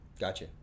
Gotcha